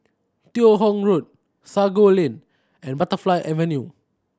Teo Hong Road Sago Lane and Butterfly Avenue